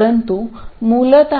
परंतु मूलत